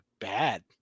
bad